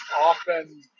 often